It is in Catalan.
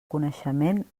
coneixement